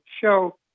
show